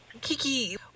Kiki